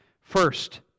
First